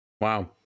Wow